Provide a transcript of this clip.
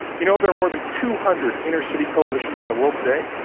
you know, there are more than two hundred inner-city coalitions in the world today.